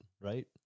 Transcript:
right